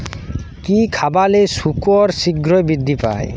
কি খাবালে শুকর শিঘ্রই বৃদ্ধি পায়?